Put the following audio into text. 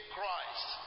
Christ